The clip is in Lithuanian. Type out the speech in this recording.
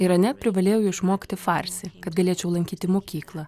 irane privalėjau išmokti farsi kad galėčiau lankyti mokyklą